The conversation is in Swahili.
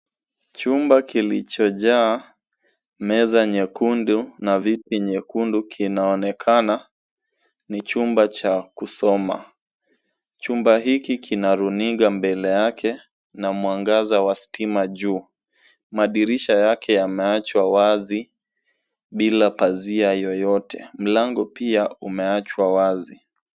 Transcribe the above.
Chumba kilichojaa meza nyekundu na viti nyekundu kinaonekana ni chumba cha kusoma. Chumba hiki kina runinga mbele yake na mwangaza wa stima juu. Madirisha yake yameachwa wazi bila pazia yoyote. Mlango pia umeachwa wazi.